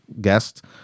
guest